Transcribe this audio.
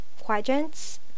quadrants